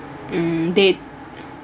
mm they